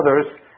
others